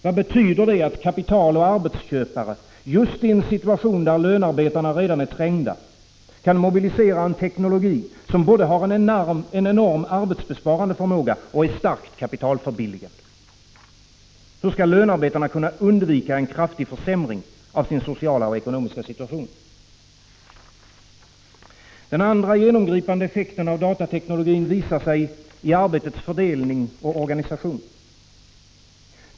Vad betyder det att kapital och arbetsköpare just i en situation där lönarbetarna redan är trängda kan mobilisera en teknologi som både har en enorm arbetsbesparande förmåga och är starkt kapitalförbilligande? Hur skall lönarbetarna kunna undvika en kraftig försämring av sin sociala och ekonomiska situation? Den andra genomgripande effekten av datateknologin visar sig i arbetets fördelning och organisation.